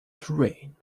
terrain